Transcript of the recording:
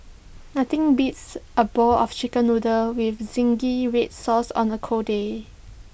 nothing beats A bowl of Chicken Noodles with Zingy Red Sauce on A cold day